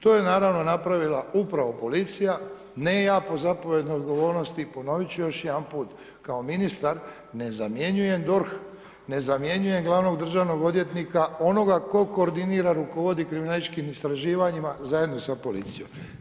To je naravno napravila upravo policija, ne ja po zapovjednoj odgovornosti, ponovit ću još jedanput kao ministar ne zamjenjujem DORH, ne zamjenjujem glavnog državnog odvjetnika, onoga tko koordinira i rukovodi kriminalističkim istraživanjima zajedno sa policijom.